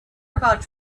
about